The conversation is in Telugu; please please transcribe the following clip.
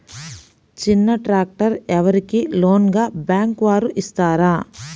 చిన్న ట్రాక్టర్ ఎవరికి లోన్గా బ్యాంక్ వారు ఇస్తారు?